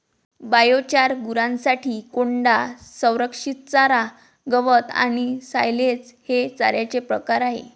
biochar, गुरांसाठी कोंडा, संरक्षित चारा, गवत आणि सायलेज हे चाऱ्याचे प्रकार आहेत